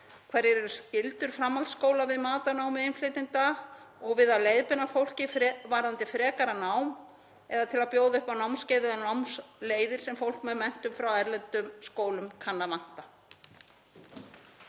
Hverjar eru skyldur framhaldsskóla við mat á námi innflytjenda, við að leiðbeina fólki varðandi frekara nám og til að bjóða upp á námskeið eða námsleiðir sem fólk með menntun frá erlendum skólum kann að vanta?